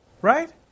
right